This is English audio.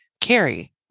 Carrie